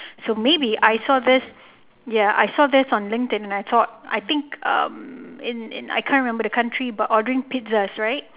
so maybe I saw this ya I saw this on linkedin and I thought I think um in in I can't remember the country but ordering pizzas right